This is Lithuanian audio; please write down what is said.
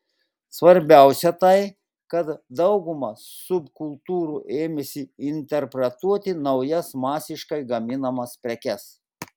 svarbiausia tai kad dauguma subkultūrų ėmėsi interpretuoti naujas masiškai gaminamas prekes